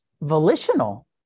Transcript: volitional